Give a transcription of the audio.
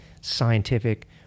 scientific